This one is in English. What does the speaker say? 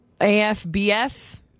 AFBF